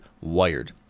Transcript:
Wired